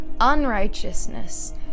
unrighteousness